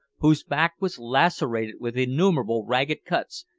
whose back was lacerated with innumerable ragged cuts,